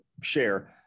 share